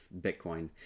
Bitcoin